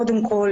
קודם כל,